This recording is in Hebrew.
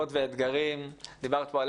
דיברת פה על לידה עד שלוש.